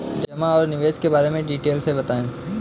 जमा और निवेश के बारे में डिटेल से बताएँ?